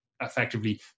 effectively